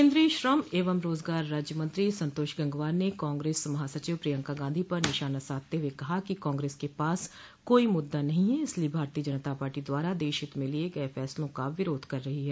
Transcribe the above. केन्द्रीय श्रम एवं रोजगार राज्यमंत्री संतोष गंगवार ने कांग्रेस महासचिव प्रियंका गांधी पर निशाना साधते हये कहा कि कांगस के पास कोई मुद्दा नहीं है इसलिये भारतीय जनता पार्टी द्वारा देश हित में लिये गये फैसलों का विरोध कर रही है